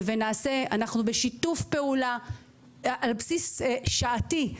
אנחנו בשיתוף פעולה על בסיס שעתי,